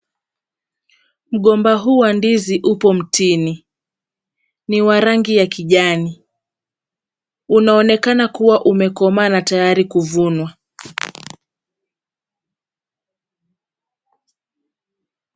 Mgomba huu wa ndizi upo mtini. Ni wa rangi ya kijani. Unaonekana kuwa umekomaa na tayari kuvunwa.